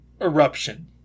eruption